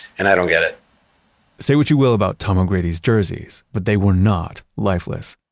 and i don't get it say what you will about tom o'grady's jerseys, but they were not lifeless.